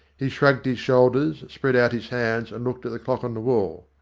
he shrugged his shoulders, spread out his hands and looked at the clock on the wall.